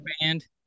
band